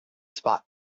spot